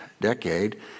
decade